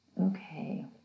Okay